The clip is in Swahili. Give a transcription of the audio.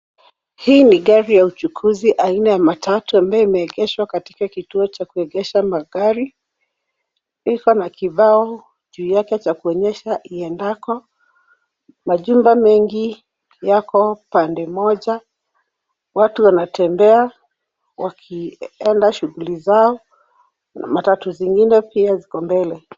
Hii ni gari ya uchukuzi aina ya matatu, ambayo imeegeshwa katika kituo cha kuegesha magari. Vifaa na kibao juu Yao kuonyesha iendako. Majumba mengi yako Pande moja, watu wanatembea wakienda shughuli zao matatu zingine pia ziko mbele.